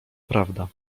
prawda